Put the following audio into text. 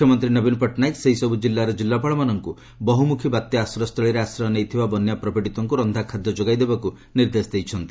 ମୁଖ୍ୟମନ୍ତ୍ରୀ ନବୀନ ପଟ୍ଟନାୟକ ସେହି ସବ୍ ଜିଲ୍ଲାର ଜିଲ୍ଲାପାଳମାନଙ୍କୁ ବହୁମୁଖୀ ବାତ୍ୟା ଆଶ୍ରୟ ସ୍ଥଳୀରେ ଆଶ୍ରୟ ନେଇଥିବା ବନ୍ୟା ପ୍ରପୀଡିତଙ୍କୁ ରନ୍ଧାଖାଦ୍ୟ ଯୋଗାଇ ଦେବାକୁ ନିର୍ଦ୍ଦେଶ ଦେଇଛନ୍ତି